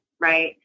Right